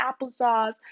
applesauce